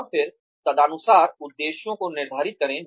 और फिर तदनुसार उद्देश्यों को निर्धारित करें